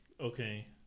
Okay